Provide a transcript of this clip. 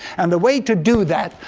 and the way to do that,